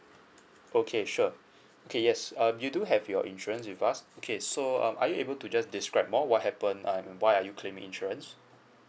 okay sure okay yes um you do have your insurance with us okay so are you able to just describe more what happen and why are you claiming insurance